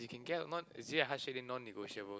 you can get a non is it a heart shape then non negotiable